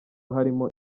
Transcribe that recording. harimo